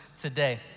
today